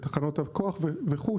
תחנות הכוח וכו',